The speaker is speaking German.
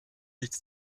nichts